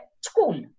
school